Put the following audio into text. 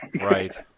Right